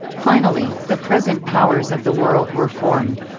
finally, the present powers of the world were formed.